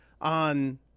on